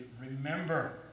remember